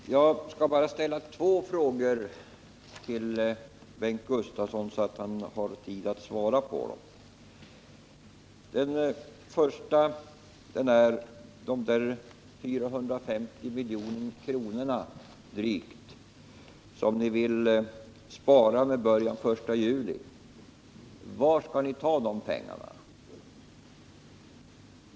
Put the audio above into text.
Herr talman! Jag skall bara ställa två frågor till Bengt Gustavsson så att han har tid att svara på dem. Den första frågan gäller de där drygt 450 miljonerna, som ni vill spara med början den 1 juli. Var skall ni ta dessa pengar?